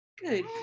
Good